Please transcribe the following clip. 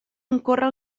incórrer